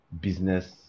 business